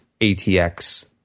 ATX